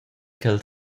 ch’el